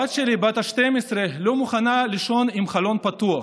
הבת שלי בת ה-12 לא מוכנה לישון עם חלון פתוח,